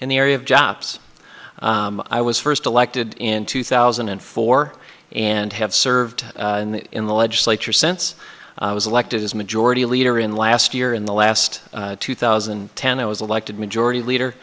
in the area of jobs i was first elected in two thousand and four and have served in the legislature since i was elected as majority leader in last year in the last two thousand and ten i was elected majority